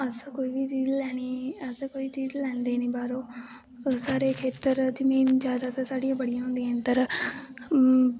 अस कोई चीड़ लैंदे नी बाह्रों साढ़े खेत्तर साढ़ियां जैदात बड़ियां होंदियां नै फिर